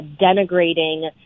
denigrating